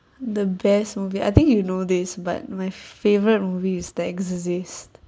the best movie I think you know this but my favorite movie is the exorcist